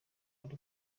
ari